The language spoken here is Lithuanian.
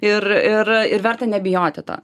ir ir ir verta nebijoti to